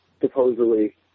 supposedly